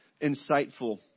insightful